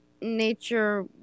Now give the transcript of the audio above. nature